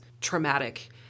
traumatic